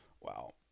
Wow